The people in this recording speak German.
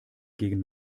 gegen